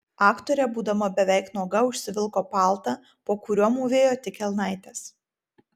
aktorė būdama beveik nuoga užsivilko paltą po kuriuo mūvėjo tik kelnaites